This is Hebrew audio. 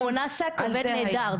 בזה האל-מונסק עובד נהדר,